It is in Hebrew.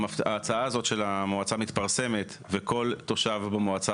ההצעה הזו של המועצה מתפרסמת וכל תושב במועצה